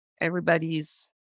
everybody's